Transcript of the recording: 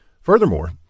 Furthermore